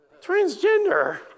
Transgender